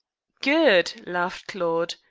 good! laughed claude.